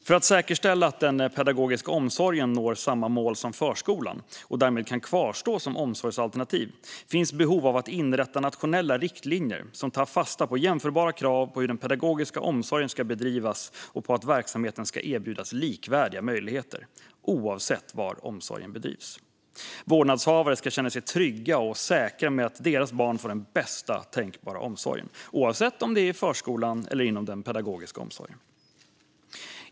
För att säkerställa att den pedagogiska omsorgen når samma mål som förskolan, och därmed kan kvarstå som omsorgsalternativ, finns behov av att inrätta nationella riktlinjer som tar fasta på jämförbara krav på hur den pedagogiska omsorgen ska bedrivas och på att verksamheten ska erbjudas likvärdiga möjligheter - oavsett var omsorgen bedrivs. Vårdnadshavare ska känna sig trygga och säkra på att deras barn får den bästa tänkbara omsorgen - oavsett om det är i förskolan eller inom den pedagogiska omsorgen.